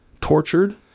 Tortured